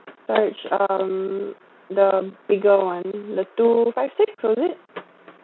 storage um the bigger [one] the two five six is it